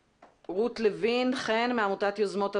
רות לוין-חן, עמותת "יוזמות אברהם",